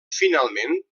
finalment